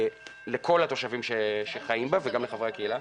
לכל התושבים שחיים בה וגם לחברי הקהילה.